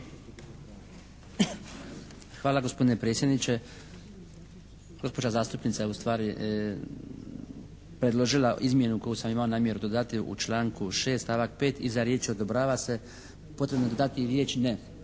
Hvala gospodine predsjedniče. Gospođa zastupnica je ustvari predložila izmjenu koju sam ja imao namjeru dodati u članku 6. stavak 5. iza riječi odobrava se potrebno je dodati riječ ne,